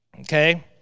okay